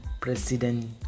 president